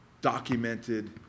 documented